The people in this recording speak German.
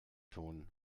tun